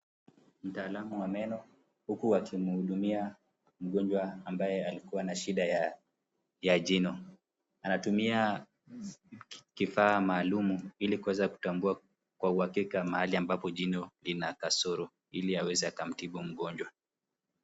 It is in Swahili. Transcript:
Mtaalamu wa meno, huku akimhudumia mgonjwa ambaye ana shida ya jino. Anatumia kifaa maalum ili aweze kutambua kwa uhakika mahali ambapo jino lina kasoro ili aweze akamtibu mgonjwa.